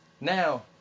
Now